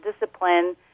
discipline